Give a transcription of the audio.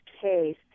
case